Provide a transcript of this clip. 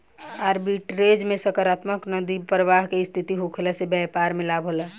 arbitrage में सकारात्मक नगदी प्रबाह के स्थिति होखला से बैपार में लाभ होला